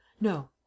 No